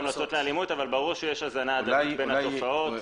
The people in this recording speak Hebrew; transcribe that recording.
אבל ברור שיש הזנה הדדית בין התופעות.